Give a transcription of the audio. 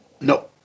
No